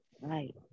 Right